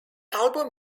album